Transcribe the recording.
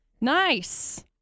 nice